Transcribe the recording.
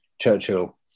Churchill